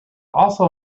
also